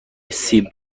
سیب